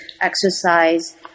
exercise